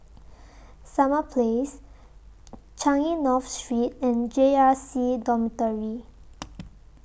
Summer Place Changi North Street and J R C Dormitory